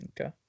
Okay